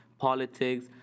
politics